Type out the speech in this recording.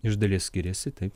iš dalies skiriasi taip